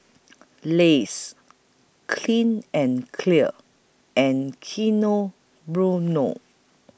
Lays Clean and Clear and Keynote Bueno